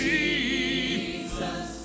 Jesus